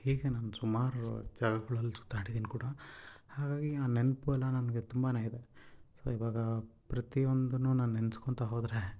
ಹೀಗೇ ನಾನು ಸುಮಾರು ಜಾಗಗಳಲ್ಲಿ ಸುತ್ತಾಡಿದೀನಿ ಕೂಡ ಹಾಗಾಗಿ ಆ ನೆನ್ಪು ಎಲ್ಲ ನನಗೆ ತುಂಬಾ ಇದೆ ಸೊ ಇವಾಗ ಪ್ರತಿಯೊಂದನ್ನು ನಾನು ನೆನ್ಸ್ಕೊಳ್ತ ಹೋದರೆ